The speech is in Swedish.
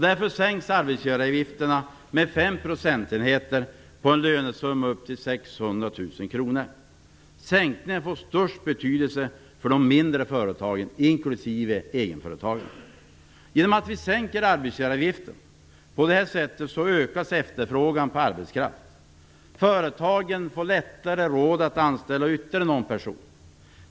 Därför sänks arbetsgivaravgifterna med fem procentenheter på en lönesumma upp till 600 000 kr. Sänkningen får störst betydelse för de mindre företagen, inklusive egenföretagarna. Genom att vi sänker arbetsgivaravgifterna ökas efterfrågan på arbetskraft. Företagen får lättare råd att anställa ytterligare någon person.